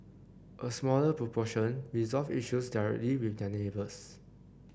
a smaller proportion resolved issues directly with their neighbours